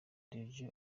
deejay